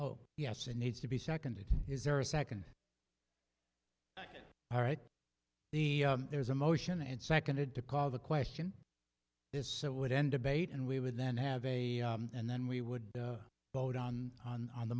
oh yes it needs to be seconded is there a second alright the there's a motion and seconded to call the question this would end debate and we would then have a and then we would vote on on on the